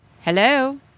Hello